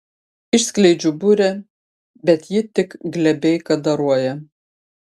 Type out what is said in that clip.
išskleidžiu burę bet ji tik glebiai kadaruoja